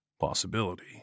possibility